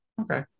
Okay